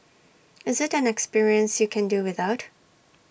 is IT an experience you can do without